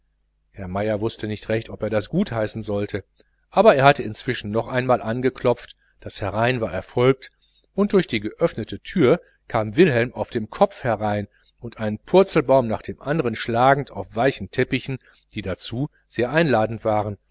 herr meier wußte nicht recht ob er das gut heißen sollte aber er hatte inzwischen noch einmal angeklopft das herein war erfolgt und durch die geöffnete türe kam wilhelm auf dem kopf herein und einen purzelbaum nach dem andern schlagend auf weichen teppichen die dazu sehr einladend waren